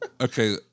Okay